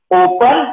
open